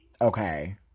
Okay